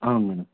అవును మేడం